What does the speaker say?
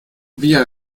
via